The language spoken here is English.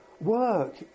work